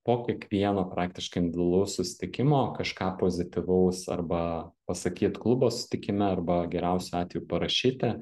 po kiekvieno praktiškai individualaus susitikimo kažką pozityvaus arba pasakyt klubo susitikime arba geriausiu atveju parašyti